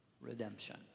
redemption